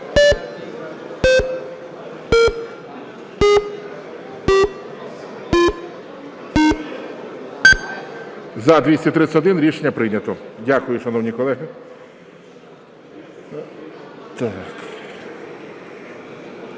За-231 Рішення прийнято. Дякую, шановні колеги.